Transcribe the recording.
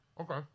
Okay